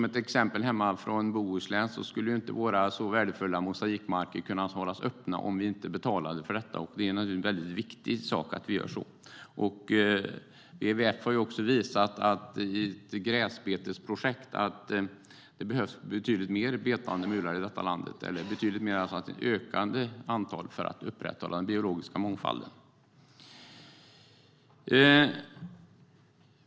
Ett exempel hemma i Bohuslän är att våra så värdefulla mosaikmarker inte hade kunnat hållas öppna om vi inte betalade för detta, och det är naturligtvis en väldigt viktig sak att vi gör så. WWF har också visat angående gräsbetesprojekt att det behövs betydligt fler betande mular i detta land, eller i alla fall ett ökat antal, för att upprätthålla den biologiska mångfalden.